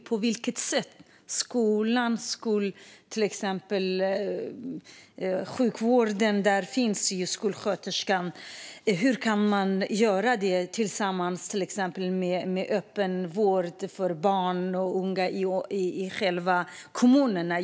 På vilket sätt skulle till exempel skolan och sjukvården kunna hantera detta? Det finns skolsköterskor. Hur kan man göra detta tillsammans, till exempel med öppen vård för barn och unga i kommunerna?